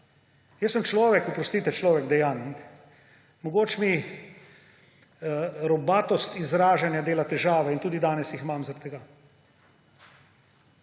Jaz sem človek, oprostite, človek dejanj. Mogoče mi robatost izražanja dela težave in tudi danes jih imam zaradi